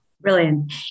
Brilliant